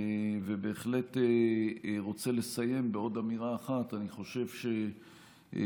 בהחלט רוצה לסיים בעוד אמירה אחת: אני חושב שכולנו,